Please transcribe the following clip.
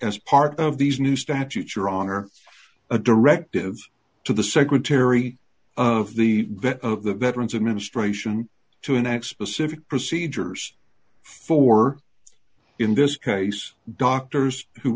as part of these new statutes your honor a directive to the secretary of the vet of the veterans administration to an expositor procedures for in this case doctors who